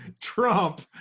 Trump